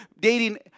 dating